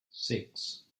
six